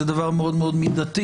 זה דבר מאוד מידתי,